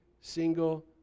single